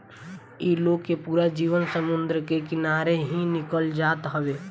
इ लोग के पूरा जीवन समुंदर के किनारे ही निकल जात हवे